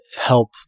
help